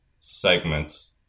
segments